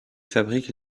fabrique